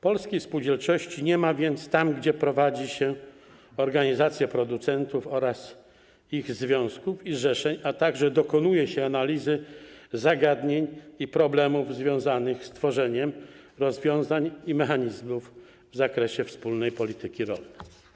Polskiej spółdzielczości nie ma więc tam, gdzie prowadzi się organizację producentów oraz ich związków i zrzeszeń, a także gdzie dokonuje się analizy zagadnień i problemów związanych z tworzeniem rozwiązań i mechanizmów w zakresie wspólnej polityki rolnej.